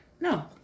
No